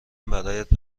برایت